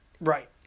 Right